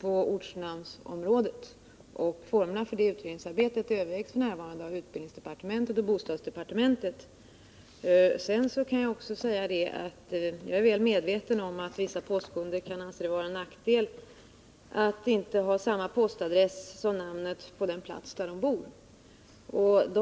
på ortnamnsområdet. Formerna för detta utredningsarbete övervägs f. n. inom utbildningsdepartementét och bostadsdepartementet. Jag är också väl medveten om att vissa postkunder kan anse det vara en nackdel att deras postadress inte överensstämmer med namnet på den plats där de bor.